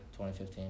2015